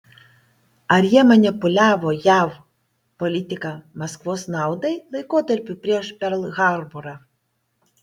ar jie manipuliavo jav politika maskvos naudai laikotarpiu prieš perl harborą